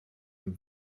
and